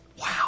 Wow